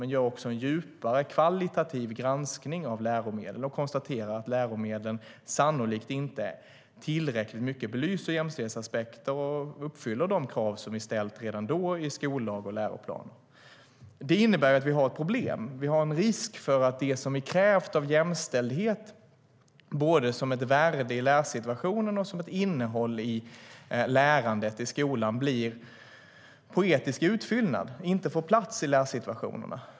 Men man gör också en djupare kvalitativ granskning av läromedlen och konstaterar att läromedlen sannolikt inte tillräckligt mycket belyser jämställdhetsaspekter och uppfyller de krav som vi redan då ställt i skollag och läroplan. Det innebär att vi har ett problem. Det finns en risk för att det som vi krävt av jämställdhet både som ett värde i lärsituationen och som ett innehåll i lärandet i skolan blir poetisk utfyllnad och inte får plats i lärsituationerna.